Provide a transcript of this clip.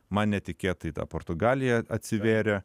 man netikėtai ta portugalija atsivėrė